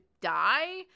die